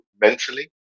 mentally